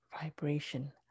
vibration